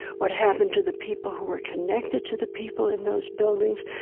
what happened to the people who were connected to the people in those buildings.